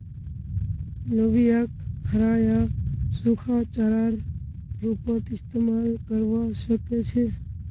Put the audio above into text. लोबियाक हरा या सूखा चारार रूपत इस्तमाल करवा सके छे